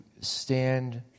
stand